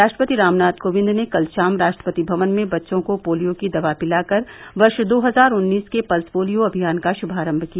राष्ट्रपति रामनाथ कोविंद ने कल शाम राष्ट्रपति भवन में बच्चों को पोलियो की दवा पिलाकर वर्ष दो हजार उन्नीस के पल्स पोलियो अभियान का श्भारंभ किया